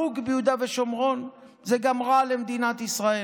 הרוג ביהודה ושומרון זה גם רע למדינת ישראל,